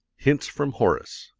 hints from horace.